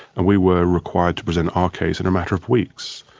and we were required to present our case in a matter of weeks.